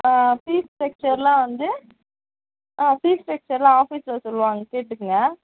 ஆ fees ஸ்டக்ச்சர்லாம் வந்து ஆ பீஸ் ஸ்டக்ச்சர்லாம் ஆபீஸில் சொல்லுவாங்க கேட்டுக்கங்க